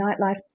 nightlife